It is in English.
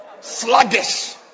sluggish